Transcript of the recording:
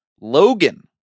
Logan